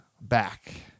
back